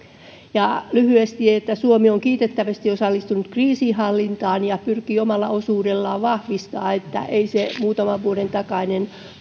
lyhyesti suomi on kiitettävästi osallistunut kriisinhallintaan ja pyrkii omalla osuudellaan vahvistamaan että se muutaman vuoden takainen